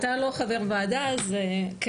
אתה לא חבר אז אתה לא יכול להצביע.